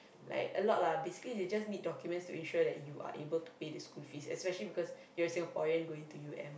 like a lot lah basically they just need documents to ensure that you are able to pay the school fees especially because you're Singaporean going to U_M